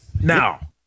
Now